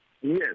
Yes